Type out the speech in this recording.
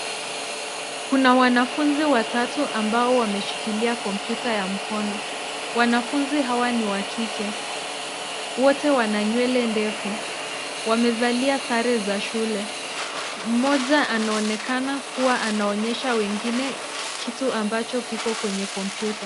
Kuna wanafunzi watatu ambao wameshikilia kompyuta ya mkono. Wanafunzi hawa ni wa kike. Wote wana nywele ndefu. Wamevalia sare za shule. Mmoja anaonekana kuwa anaonyesha wengine kitu ambacho kiko kwenye kompyuta.